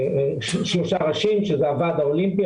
שלושה ראשים הוועד האולימפי,